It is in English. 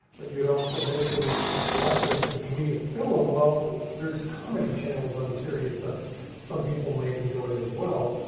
but you'd also mentioned watching a comedic film, well there's comedy channels on sirius that some people might enjoy as well.